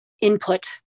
input